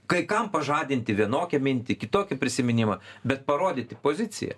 kai kam pažadinti vienokią mintį kitokį prisiminimą bet parodyti poziciją